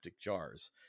jars